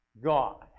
God